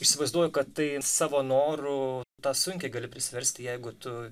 įsivaizduoju kad tai savo noru tą sunkiai gali prisiversti jeigu tu